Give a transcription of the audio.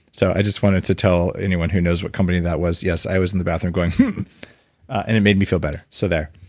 so i just wanted to tell anyone who knows what company that was yes i was in the bathroom going hmm and it made me feel better so there.